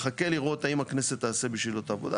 מחכה לראות האם הכנסת תעשה בשבילו את העבודה